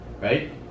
right